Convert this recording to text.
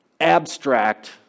abstract